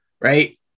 right